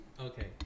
Okay